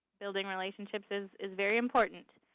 building relationships is is very important.